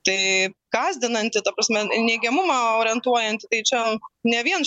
tai gąsdinanti ta prasme neigiamumą orientuojanti tai čia ne vien